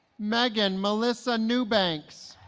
megan melissa newbanks